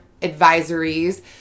advisories